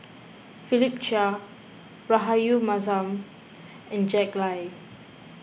Philip Chia Rahayu Mahzam and Jack Lai